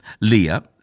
Leah